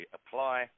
apply